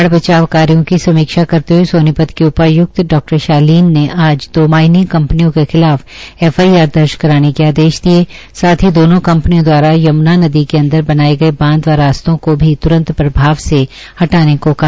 यम्ना नदी पर सोनीपत की सीमा में बाढ़ कार्यो की समीक्षा करते हये सोनीपत की उपाय्क्त की डा शालीन ने आज दो माईनिंग कंपनियों के खिलाफ एफआईआर दर्ज कराने के आदेश दिये साथ ही दोनों कंपनियों द्वारा यम्ना नदी के अंदर बनाये गये बांध व रास्तों को भी त्रंत प्रभाव से हटाने को कहा